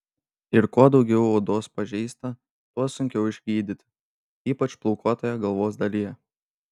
ir kuo daugiau odos pažeista tuo sunkiau išgydyti ypač plaukuotoje galvos dalyje